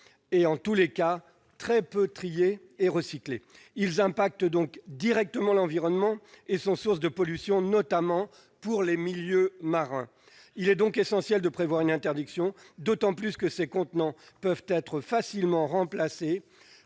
et, en tous les cas, très peu triés et recyclés. Ils ont donc un impact direct sur l'environnement et sont source de pollution, notamment pour les milieux marins. Il est donc essentiel de prévoir une interdiction, d'autant plus que ces contenants peuvent être facilement remplacés